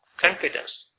Confidence